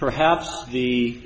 perhaps the